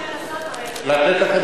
תן לנו לנסות, נראה לך.